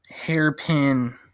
hairpin